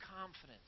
confidence